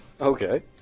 Okay